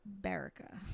Berica